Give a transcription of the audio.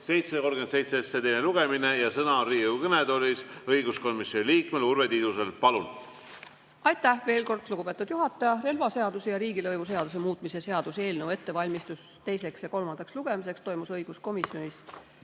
737 teine lugemine. Sõna on Riigikogu kõnetoolis oleval õiguskomisjoni liikmel Urve Tiidusel. Palun! Aitäh veel kord, lugupeetud juhataja! Relvaseaduse ja riigilõivuseaduse muutmise seaduse eelnõu ettevalmistus teiseks ja kolmandaks lugemiseks toimus õiguskomisjonis